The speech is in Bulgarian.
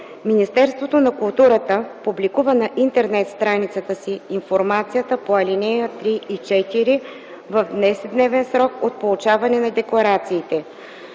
Министерството на културата публикува на интернет страницата си информацията по ал. 3 и 4 в 10-дневен срок от получаването на декларациите.